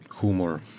humor